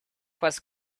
was